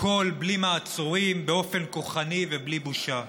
הכול, בלי מעצורים, באופן כוחני ובלי בושה.